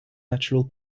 natural